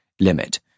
limit